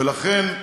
ולכן,